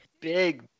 Big